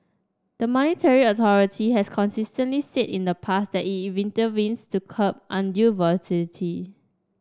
the monetary authority has consistently said in the past that it intervenes to curb undue volatility